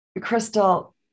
Crystal